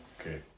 Okay